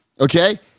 okay